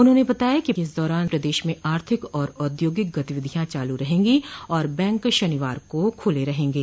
उन्होंने बताया कि इस दौरान प्रदेश में आर्थिक और औद्योगिक गतिविधियां चालू रहेंगी तथा बैंक शनिवार को खुले रहेंगे